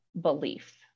belief